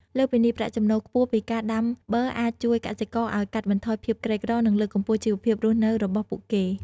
លើសពីនេះ ប្រាក់ចំណូលខ្ពស់ពីការដាំបឺរអាចជួយកសិករឱ្យកាត់បន្ថយភាពក្រីក្រ និងលើកកម្ពស់ជីវភាពរស់នៅរបស់ពួកគេ។